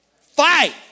Fight